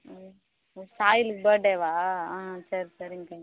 ம் ஓ சாயலுக்கு பர்ட்டேவா ஆ ஆ சரி சரிங்கக்கா